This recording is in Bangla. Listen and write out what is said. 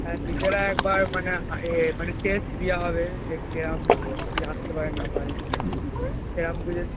হ্যাঁ নিজেরা একবার মানে এ মানে টেস্ট নেওয়া হবে যে কীরকম কী কী আসতে পারে না পারে সেরকম বুঝে